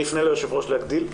אני אפנה ליושב ראש להגדיל,